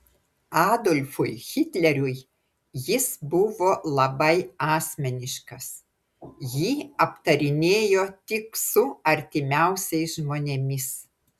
adolfui hitleriui jis buvo labai asmeniškas jį aptarinėjo tik su artimiausiais žmonėmis